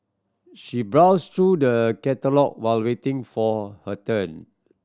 she brows through the catalogue while waiting for her turn